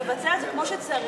לבצע את זה כמו שצריך.